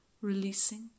releasing